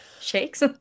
shakes